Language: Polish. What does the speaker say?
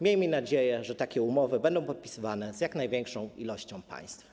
Miejmy nadzieję, że takie umowy będą podpisywane z jak największą liczbą państw.